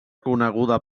coneguda